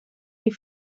die